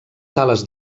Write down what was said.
sales